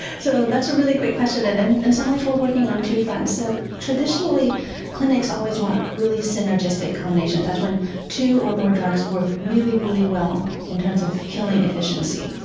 so that's a really great question, and and in some ways we're working on two fronts. so traditionally clinics always want really synergistic combinations, that's when two or more drugs work really, really well in terms of killing efficiency.